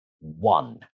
one